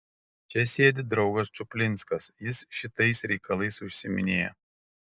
čia sėdi draugas čuplinskas jis šitais reikalais užsiiminėja